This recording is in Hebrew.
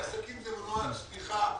עסקים זה מנוע הצמיחה